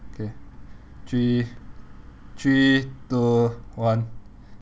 okay three three two one